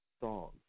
song